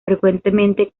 frecuentemente